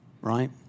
right